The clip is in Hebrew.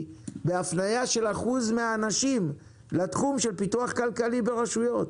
בהפנייה של אחוז מהאנשים לתחום של פיתוח כלכלי ברשויות,